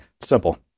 simple